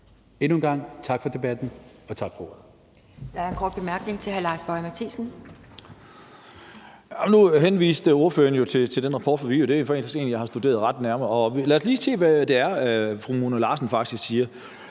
Endnu en gang tak for debatten, og tak for ordet.